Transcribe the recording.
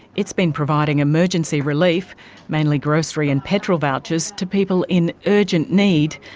it's been providing emergency relief mainly grocery and petrol vouchers to people in urgent need,